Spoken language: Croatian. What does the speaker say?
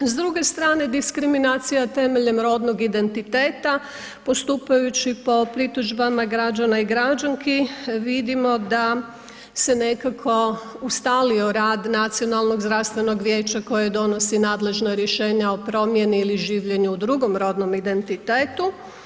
S druge strane diskriminacija temeljem rodnog identiteta, postupajući po pritužbama građana i građanski, vidimo da se nekako ustalio rad Nacionalnog zdravstvenog vijeća koje donosi nadležna rješenja o promjeni ili življenju u drugom rodnom identitetu.